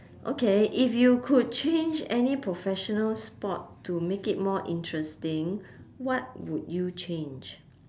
okay if you could change any professional sport to make it more interesting what would you change